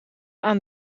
aan